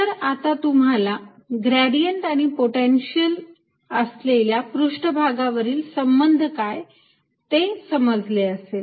तर आता तुम्हाला ग्रेडियंट आणि पोटेन्शिअल असलेल्या पृष्ठभागावरील संबंध काय ते समजले असेल